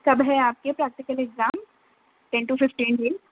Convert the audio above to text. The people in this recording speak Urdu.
کب ہے آپ کے practical exam ten to fifteen دِن